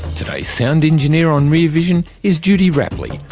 today's sound engineer on rear vision is judy rapley.